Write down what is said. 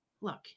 Look